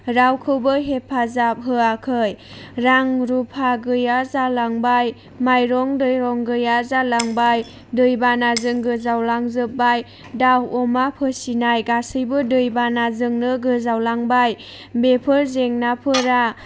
रावखौबो हेफाजाब होआखै रां रुफा गैया जालांबाय माइरं दैरं गैया जालांबाय दैबानाजों गोजाव लांजोबबाय दाउ अमा फिसिनाय गासैबो दैबानाजोंनो गोजाव लांबाय बेफोर जेंनाफोरा